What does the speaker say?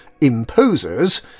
imposers